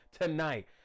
tonight